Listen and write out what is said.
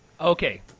Okay